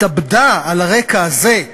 התאבדה על הרקע הזה,